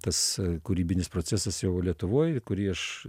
tas kūrybinis procesas jau lietuvoj kurį aš